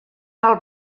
val